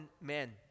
men